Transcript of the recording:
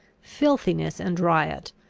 filthiness, and riot,